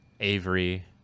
Avery